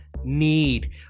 need